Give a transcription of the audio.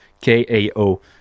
K-A-O